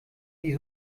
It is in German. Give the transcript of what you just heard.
die